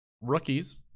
rookies